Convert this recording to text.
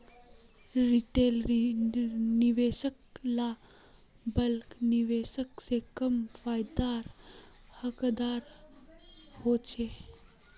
retail निवेशक ला bulk निवेशक से कम फायेदार हकदार होछे